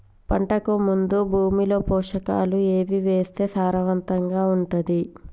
పంటకు ముందు భూమిలో పోషకాలు ఏవి వేస్తే సారవంతంగా ఉంటది?